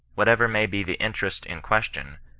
whatever may be the interest in question,